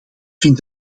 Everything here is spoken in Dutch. vind